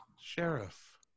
Sheriff